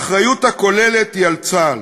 האחריות הכוללת היא על צה"ל.